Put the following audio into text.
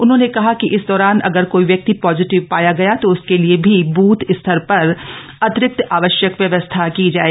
उन्होंने कहा कि इस दौरान अगर कोई व्यक्ति ॉजिटिव ाया गया तो उसके लिये भी बूथ स्तर प्रर अतिरिक्त आवश्यक व्यवस्था की जाए